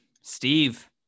Steve